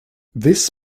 this